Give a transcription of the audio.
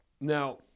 now